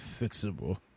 fixable